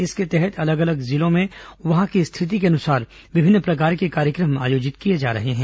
इसके तहत अलग अलग जिलों में वहां की स्थिति के अनुसार विभिन्न प्रकार के कार्यक्रम आयोजित किए जा रहे हैं